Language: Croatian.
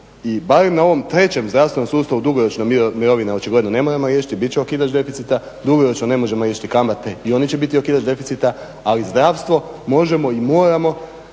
i barem na ovom trećem zdravstvenom sustavu dugoročne mirovine, očigledno ne moramo riješiti, bit će okidač deficita, dugoročno ne možemo riješiti kamate i one će biti okidač deficita ali zdravstvo možemo i moramo